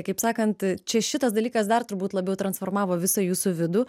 kaip sakant čia šitas dalykas dar turbūt labiau transformavo visą jūsų vidų